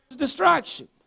distraction